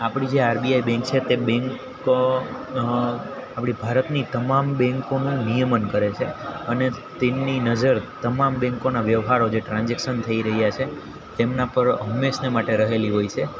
આપણી જે RBI bank છે તે બેન્ક આપણી ભારતની તમામ બેન્કોનું નિયમન કરે છે અને તેમની નજર તમામ બેન્કોના વ્યવહારો જે ટ્રાનજેક્શન થઈ રહ્યાં છે તેમના પર હંમેશને માટે રહેલી હોય છે